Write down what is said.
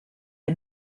are